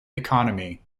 economy